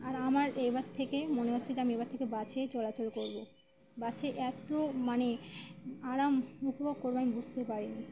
আর আমার এবার থেকে মনে হচ্ছে যে আমি এবার থেকে বাসেই চলাচল করব বাসে এত মানে আরাম উপভোগ করব আমি বুঝতে পারিনি